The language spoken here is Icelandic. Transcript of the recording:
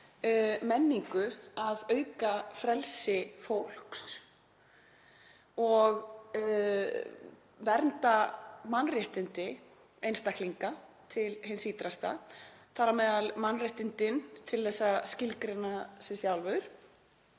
menningu að auka frelsi fólks og vernda mannréttindi einstaklinga til hins ýtrasta, þar á meðal mannréttindin til að skilgreina sig sjálf.